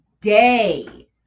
day